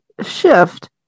shift